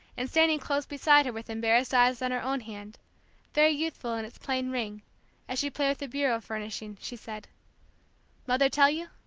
and standing close beside her with embarrassed eyes on her own hand very youthful in its plain ring as she played with the bureau furnishing, she said mother tell you?